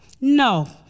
No